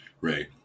Right